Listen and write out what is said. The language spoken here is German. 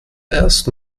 erst